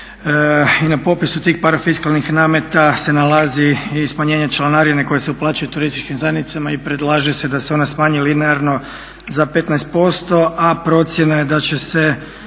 i na popisu tih parafiskalnih nameta se nalazi i smanje članarine koje se uplaćuje turističkim zajednicama i predlaže se da se ona smanji linearno za 15%, a procjena je da će se